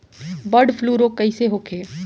Bird flu रोग कईसे होखे?